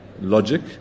logic